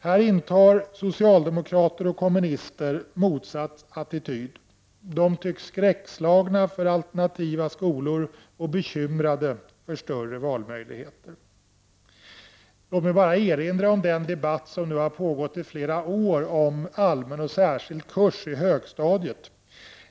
Här intar socialdemokrater och kommunister motsatt attityd. De tycks vara skräckslagna för alternativa skolor och bekymrade över tanken på större valmöjligheter. Låt mig i detta sammanhang erinra om den debatt som nu har pågått i flera år om allmän och särskild kurs i högstadiet.